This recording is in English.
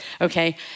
Okay